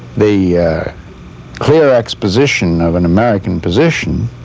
the clear exposition of an american position